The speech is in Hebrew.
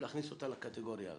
להכניס אותה לקטגוריה הזו.